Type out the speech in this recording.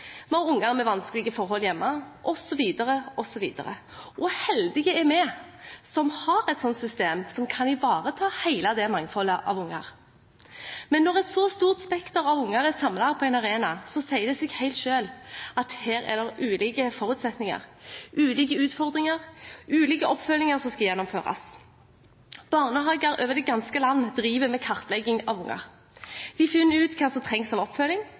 Vi har unger med vanskelige forhold hjemme, osv., osv. Heldige er vi som har et slikt system som kan ivareta hele mangfoldet av unger. Når et så stort spekter av unger er samlet på én arena, sier det seg selv at her er det ulike forutsetninger, ulike utfordringer, ulike oppfølginger som skal gjennomføres. Barnehager over det ganske land driver med kartlegging av unger. De finner ut hva som trengs av oppfølging,